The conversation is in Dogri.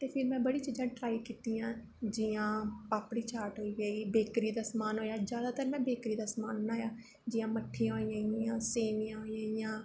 ते फिर में बड़ियां चीजां ट्राई कीतियां जियां पापड़ी चाट होई गेई बेकरी दा समान हो गेआ जादा में बेकरी दा समान बनाया जियां मट्ठियां होई गेइयां सेवियां होई गेइयां